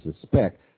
suspect